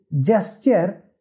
gesture